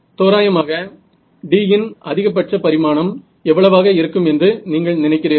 தோராயமாக D இன் அதிகபட்ச பரிமாணம் எவ்வளவாக இருக்கும் என்று நீங்கள் நினைக்கிறீர்கள்